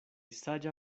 saĝa